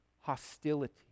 hostility